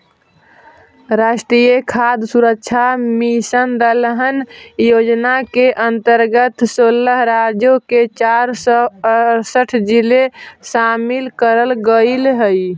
राष्ट्रीय खाद्य सुरक्षा मिशन दलहन योजना के अंतर्गत सोलह राज्यों के चार सौ अरसठ जिले शामिल करल गईल हई